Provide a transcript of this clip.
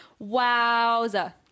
wowza